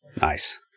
Nice